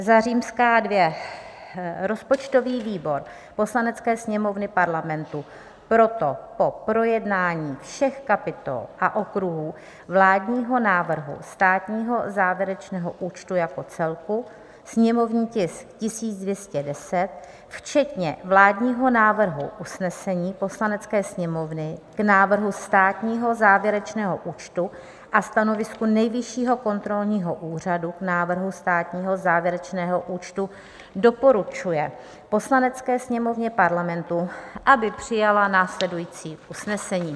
II. rozpočtový výbor Poslanecké sněmovny Parlamentu proto po projednání všech kapitol a okruhů vládního návrhu státního závěrečného účtu jako celku (sněmovní tisk 1210) včetně vládního návrhu usnesení Poslanecké sněmovny k návrhu státního závěrečného účtu a stanovisku Nejvyššího kontrolního úřadu k návrhu státního závěrečného účtu doporučuje Poslanecké sněmovně Parlamentu, aby přijala následující usnesení: